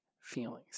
feelings